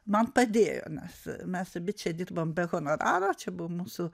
man padėjo mes mes abi čia dirbame be honoraro čia buvo mūsų